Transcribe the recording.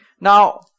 Now